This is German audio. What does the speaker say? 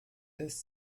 des